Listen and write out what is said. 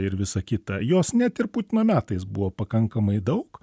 ir visa kita jos net ir putino metais buvo pakankamai daug